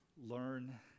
learn